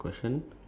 ya